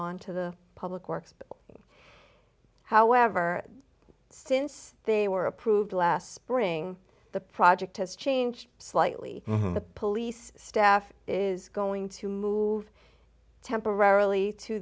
on to the public works however since they were approved last spring the project has changed slightly the police staff is going to move temporarily to